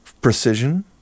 precision